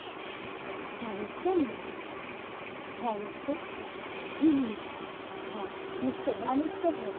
হ্যাঁ নিশ্চয়ই নেবো হ্যাঁ নিশ্চয়ই হুম হুম হ্যাঁ নিশ্চয়ই হ্যাঁ নিশ্চয়ই নেবো